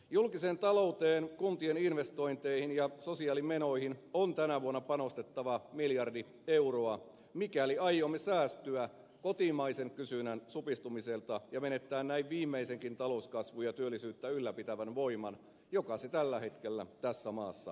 julkiseen talouteen kuntien investointeihin ja sosiaalimenoihin on tänä vuonna panostettava miljardi euroa mikäli aiomme säästyä kotimaisen kysynnän supistumiselta ja siltä että menetämme näin viimeisenkin talouskasvua ja työllisyyttä ylläpitävän voiman joka se tällä hetkellä tässä maassa on